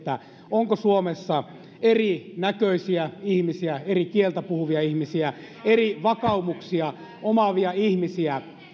onko suomessa erinäköisiä ihmisiä eri kieltä puhuvia ihmisiä eri vakaumuksia omaavia ihmisiä